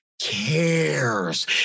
Cares